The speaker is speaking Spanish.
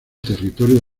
territorio